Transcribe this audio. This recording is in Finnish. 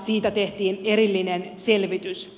siitä tehtiin erillinen selvitys